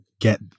get